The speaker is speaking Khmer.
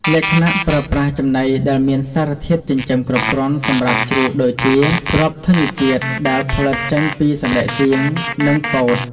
លក្ខណៈ ប្រើប្រាស់ចំណីដែលមានសារធាតុចិញ្ចឹមគ្រប់គ្រាន់សម្រាប់ជ្រូកដូចជា គ្រាប់ធញ្ញជាតិដែលផលិតចេញពីសណ្ដែកសៀង និងពោត។